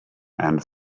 and